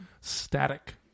static